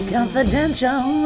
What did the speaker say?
Confidential